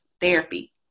therapy